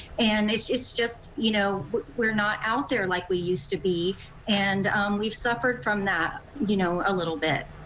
and it's it's just you know we're not out there like we used to be and we've suffered from that you know a little bit.